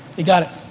you got it.